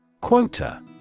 Quota